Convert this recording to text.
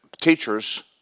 teachers